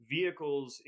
vehicles